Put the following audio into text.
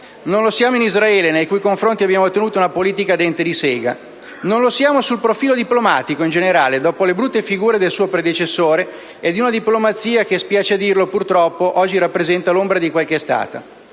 Non lo siamo in Israele, nei cui confronti abbiamo tenuto una politica "a dente di sega". Non lo siamo più sul profilo diplomatico in generale, dopo le brutte figure del suo predecessore e di una diplomazia che - spiace dirlo - purtroppo oggi rappresenta l'ombra di quello che è stata.